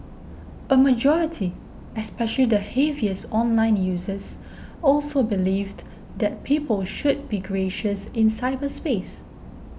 a majority especially the heaviest online users also believed that people should be gracious in cyberspace